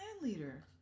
leader